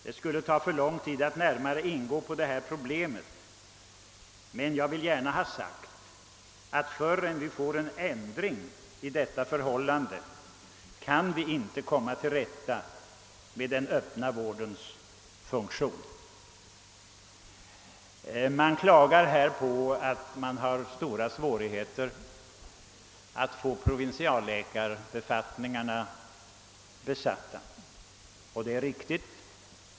Det skulle ta för lång tid att närmare ingå på problemet, men vi kommer inte till rätta med den öppna vårdens funktion förrän vi får till stånd en ändring av detta förhållande. Det klagas över att man har stora svårigheter att besätta provisialläkarbefattningarna. Ja, det är riktigt.